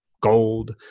gold